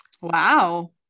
Wow